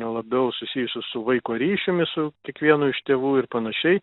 labiau susijusius su vaiko ryšiumi su kiekvienu iš tėvų ir panašiai